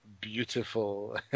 beautiful